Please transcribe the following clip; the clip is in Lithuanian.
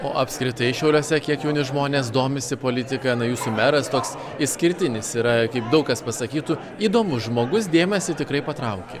o apskritai šiauliuose kiek jauni žmonės domisi politika na jūsų meras toks išskirtinis yra kaip daug kas pasakytų įdomus žmogus dėmesį tikrai patraukia